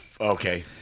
Okay